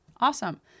Awesome